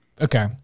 Okay